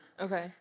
Okay